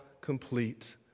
complete